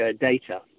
data